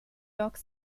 york